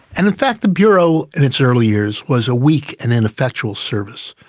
and in fact the bureau in its early years was a weak and ineffectual service,